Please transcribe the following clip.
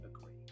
agree